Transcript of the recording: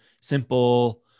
simple